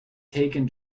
taken